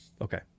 Okay